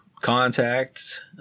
contact